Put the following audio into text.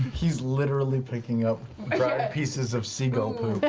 he's literally picking up dried pieces of seagull poop. but